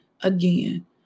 again